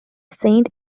saint